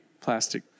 Plastic